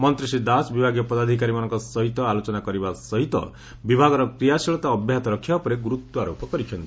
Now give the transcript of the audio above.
ମନ୍ତୀ ଶ୍ରୀ ଦାସ ବିଭାଗୀୟ ପଦାଧକକରୀମାନଙ୍କ ସହିତ ଆଲୋଚନା କରିବା ସହିତ ବିଭାଗର କ୍ରିୟାଶୀଳତା ଅବ୍ୟାହତ ରଖିବା ଉପରେ ଗୁରୁତ୍ୱାରୋପ କରିଛନ୍ତି